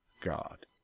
God